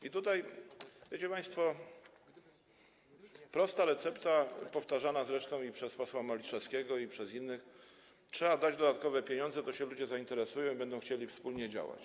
I tutaj jest, wiecie państwo, prosta recepta powtarzana zresztą i przez posła Maliszewskiego, i przez innych: trzeba dać dodatkowe pieniądze, to się ludzie zainteresują i będą chcieli wspólnie działać.